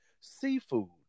seafood